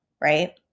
right